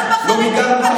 פגעתם